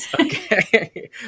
Okay